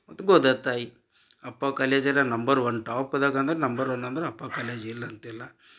ಮತ್ತು ಗೋದತಾಯಿ ಅಪ್ಪ ಕಾಲೇಜ್ ಅದ ನಂಬರ್ ಒನ್ ಟಾಪ್ ಅದಗಂದರೆ ನಂಬರ್ ಒನ್ ಅಂದ್ರೆ ಅಪ್ಪ ಕಾಲೇಜ್ ಎಲ್ಲಂತಿಲ್ಲ